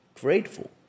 grateful